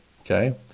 okay